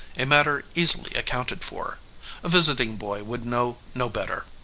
a matter easily accounted for a visiting boy would know no better.